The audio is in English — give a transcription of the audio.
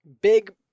big